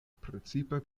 precipe